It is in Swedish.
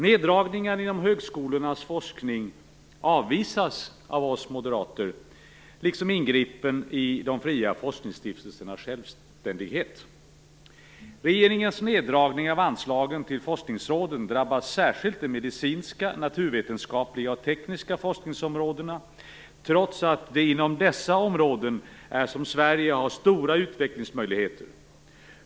Neddragningar inom högskolornas forskning avvisas av oss moderater, liksom ingreppen i de fria forskningsstiftelsernas självständighet. Regeringens neddragning av anslagen till forskningsråden drabbar särskilt de medicinska, naturvetenskapliga och tekniska forskningsområdena, trots att det är inom dessa områden som Sverige har stora utvecklingsmöjligheter.